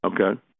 Okay